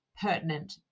pertinent